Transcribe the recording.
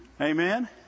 Amen